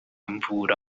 mvura